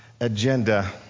agenda